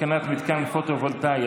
התקנת מתקן פוטו-וולטאי),